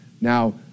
Now